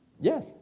Yes